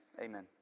amen